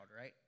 right